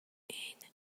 این